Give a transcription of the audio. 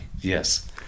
yes